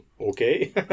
okay